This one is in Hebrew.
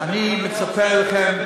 אני מצפה מכם,